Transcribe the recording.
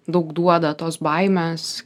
daug duoda tos baimės